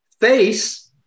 face